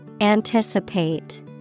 Anticipate